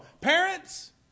Parents